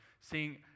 seeing